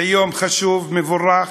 זה יום חשוב, מבורך.